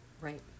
right